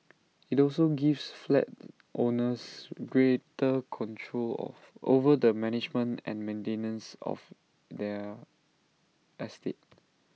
IT also gives flat owners greater control of over the management and maintenance of their estate